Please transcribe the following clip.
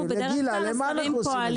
גילה, למה אנחנו עושים את זה?